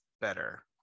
better